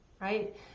right